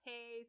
Hey